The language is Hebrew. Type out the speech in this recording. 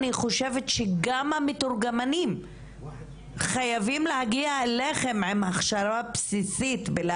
אני חושבת שגם המתורגמנים חייבים להגיע אליכם עם הכשרה בסיסית ועם